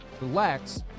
relax